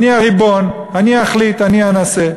אני הריבון, אני אחליט, אני אנסה.